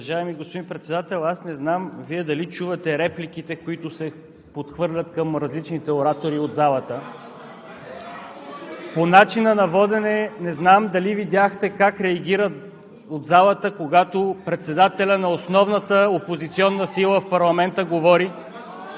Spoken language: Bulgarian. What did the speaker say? Уважаеми господин Председател, не знам дали Вие чувате репликите, които се подхвърлят към различните оратори от залата? (Реплики и възгласи от ГЕРБ.) По начина на водене – не знам дали видяхте как реагират от залата, когато председателят на основната опозиционна сила в парламента говори.